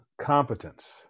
competence